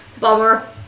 bummer